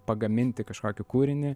pagaminti kažkokį kūrinį